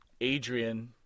Adrian